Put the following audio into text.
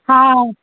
हा